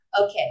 Okay